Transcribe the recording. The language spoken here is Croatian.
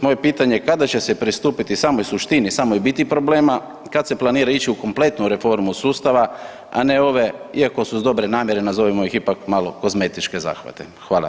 Moje pitanje je kada će se pristupiti samoj suštini, samoj biti problema i kad se planira ići u kompletnu reformu sustava, a ne ove, iako su iz dobre namjere, nazovimo ih ipak, malo, kozmetičke zahvate.